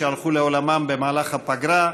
שהלכו לעולמם במהלך הפגרה.